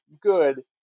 good